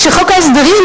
כשחוק ההסדרים,